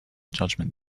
judgment